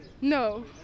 no